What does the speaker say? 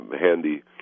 handy